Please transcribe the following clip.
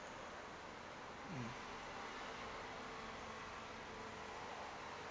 mm